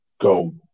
go